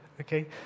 okay